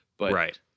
Right